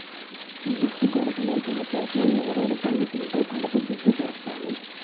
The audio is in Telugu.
జుట్టు కడుపులోకెళిపోతే నేరడి పండు తింటే కడుపు సుద్ధి చేస్తాది